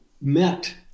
met